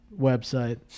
website